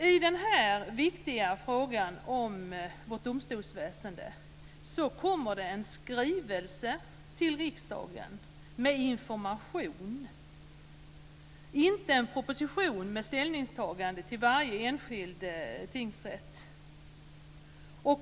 I den här viktiga frågan om vårt domstolsväsende kommer det en skrivelse till riksdagen med information. Det kommer inte någon proposition med ställningstagande till varje enskild tingsrätt.